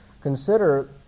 consider